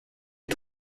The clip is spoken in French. les